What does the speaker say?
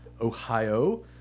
Ohio